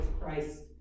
Christ